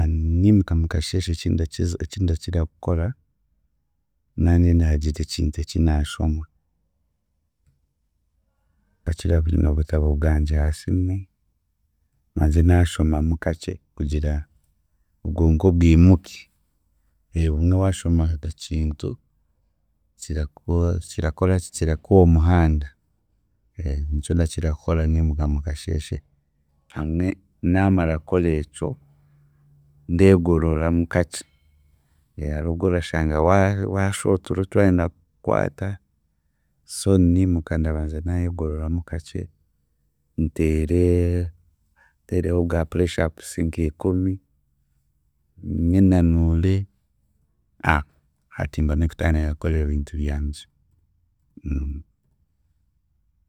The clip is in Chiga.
Niimuka mukasheeshe eki ndakiza eki ndakira kukora, naanenda hagira ekintu eki naashoma. Ndakira kunya obutabo bwangye ha simu manze naashomamu kakye kugira bwonko bwimuke, bumwe waashoma ekintu, kirako kirakoraki, kirakuha omuhanda nikyo ndakira kukora niimuka mukasheeshe, hamwe naamara kukora ekyo, ndeegororamu kakye hariho obworashanga wa- washu oturo twayenda kukukwata so niimuka ndabanza naayegororamu kakye nteere, nteereho bwa pureeshapusi nk'ikumi, nyenanuure, hati mbone kutandika kukora ebintu byangye.